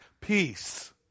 peace